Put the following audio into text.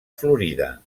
florida